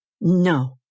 No